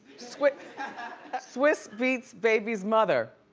swizz ah swizz beatz baby's mother.